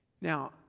Now